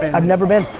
but i've never been.